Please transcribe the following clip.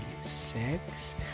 six